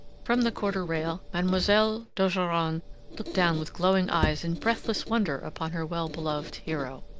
from the quarter rail mademoiselle d'ogeron looked down with glowing eyes in breathless wonder upon her well-beloved hero.